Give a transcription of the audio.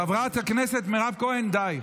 חברת הכנסת מירב כהן, די.